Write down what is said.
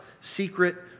secret